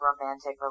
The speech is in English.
romantic